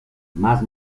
más